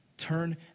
Turn